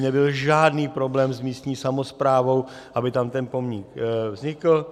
Nebyl žádný problém s místní samosprávou, aby tam ten pomník vznikl.